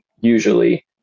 usually